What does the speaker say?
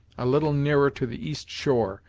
a little nearer to the east shore,